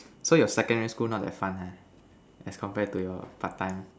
so your secondary school not as fun eh as compared to your part time